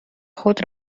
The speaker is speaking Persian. خود